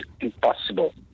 impossible